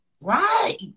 Right